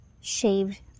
shaved